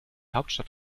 hauptstadt